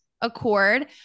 accord